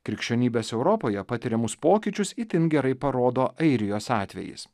krikščionybės europoje patiriamus pokyčius itin gerai parodo airijos atvejis